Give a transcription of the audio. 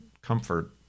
comfort